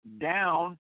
down